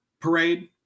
parade